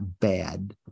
bad